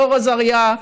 אלאור אזריה.